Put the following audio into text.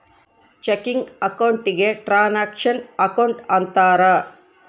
checking account ಗೆ transaction account ಅಂತಾರ